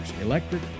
Electric